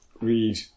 read